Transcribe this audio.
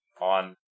on